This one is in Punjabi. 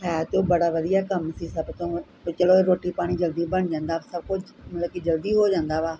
ਹੈ ਅਤੇ ਬੜਾ ਵਧੀਆ ਕੰਮ ਸੀ ਸਭ ਤੋਂ ਵੀ ਚਲੋ ਰੋਟੀ ਪਾਣੀ ਜਲਦੀ ਬਣ ਜਾਂਦਾ ਸਭ ਕੁਝ ਮਤਲਬ ਕਿ ਜਲਦੀ ਹੋ ਜਾਂਦਾ ਵਾ